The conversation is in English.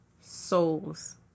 souls